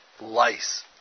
lice